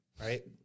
right